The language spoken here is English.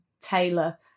tailor